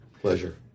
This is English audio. Pleasure